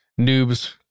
noobs